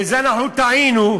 בזה אנחנו טעינו,